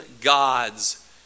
gods